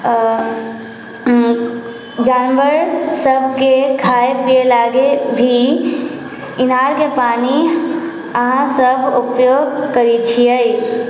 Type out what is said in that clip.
जानवर सभके खाये पिये लागि भी इनारके पानि अहाँ सभ उपयोग करै छियै